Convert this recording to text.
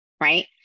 right